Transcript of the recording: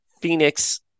Phoenix